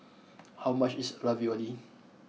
how much is Ravioli